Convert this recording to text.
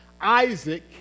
Isaac